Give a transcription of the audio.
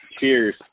Cheers